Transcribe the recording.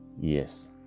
yes